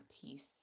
peace